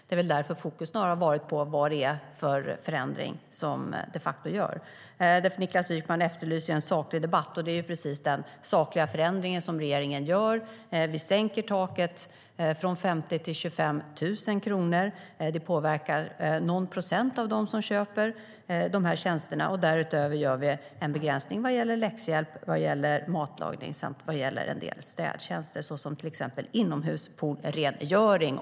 Det är väl därför fokus snarare har varit på vad det är för förändring som de facto görs. Niklas Wykman efterlyser en saklig debatt, och det är just en saklig förändring som regeringen gör. Vi sänker taket från 50 000 till 25 000 kronor. Det påverkar någon procent av dem som köper de här tjänsterna. Därutöver gör vi en begränsning vad gäller läxhjälp, matlagning och en del städtjänster, till exempel inomhuspoolsrengöring.